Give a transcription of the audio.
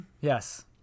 Yes